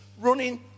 running